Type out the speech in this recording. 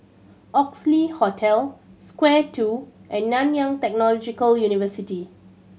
Oxley Hotel Square Two and Nanyang Technological University